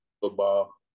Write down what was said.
football